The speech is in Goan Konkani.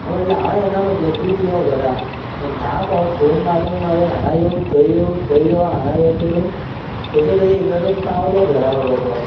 हांव म्हटलें हांव येना म्हटलें तूंच यो घरा धा फावट फोन मारून मारून हांगां येवं थंय येवं थंय येवं हांगां येवं करून कसो तरी एकदांचो पावलो घरा बाबा तो